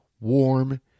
warm